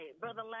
Brother